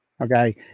Okay